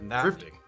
drifting